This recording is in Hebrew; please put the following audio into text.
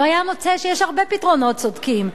הוא היה מוצא שיש הרבה פתרונות צודקים,